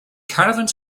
caravans